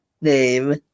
name